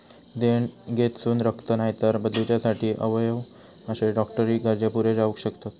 देणगेतसून रक्त, नायतर बदलूच्यासाठी अवयव अशे डॉक्टरी गरजे पुरे जावक शकतत